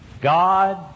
God